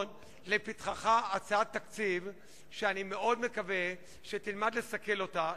לפתחך הצעת תקציב שאני מאוד מקווה שתלמד לסכל אותה,